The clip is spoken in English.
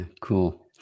Cool